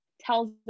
tells